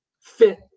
fit